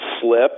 slip